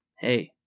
hey